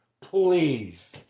Please